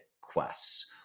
quests